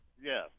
yes